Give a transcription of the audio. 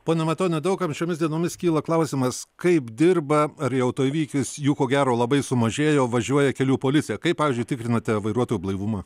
pone matoni daug kam šiomis dienomis kyla klausimas kaip dirba ar į autoįvykius jų ko gero labai sumažėjo važiuoja kelių policija kaip pavyzdžiui tikrinate vairuotojų blaivumą